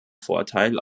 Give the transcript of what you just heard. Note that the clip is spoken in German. vorteil